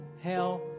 hell